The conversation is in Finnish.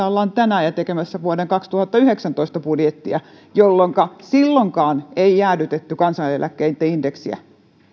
ollaan tänään tekemässä vuoden kaksituhattayhdeksäntoista budjettia ja silloinkaan ei jäädytetty kansaneläkkeitten indeksiä